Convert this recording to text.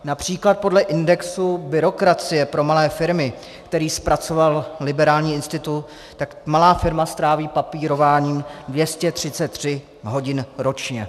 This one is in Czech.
Například podle indexu byrokracie pro malé firmy, který zpracoval Liberální institut, malá firma stráví papírováním 233 hodin ročně.